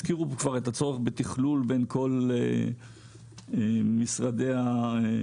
הזכירו כבר את הצורך בתכלול בין כל משרדי הממשלה.